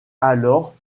alors